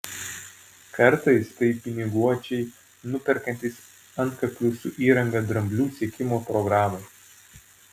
kartais tai piniguočiai nuperkantys antkaklių su įranga dramblių sekimo programai